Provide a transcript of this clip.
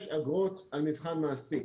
יש אגרות על מבחן מעשי.